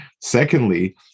Secondly